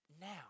now